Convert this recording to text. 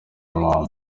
mama